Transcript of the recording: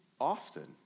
often